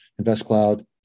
InvestCloud